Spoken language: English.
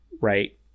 right